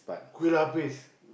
Kueh-lapis